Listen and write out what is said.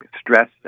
stress